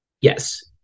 Yes